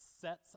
sets